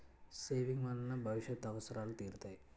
saving వలన భవిష్యత్ అవసరాలు తీరుతాయి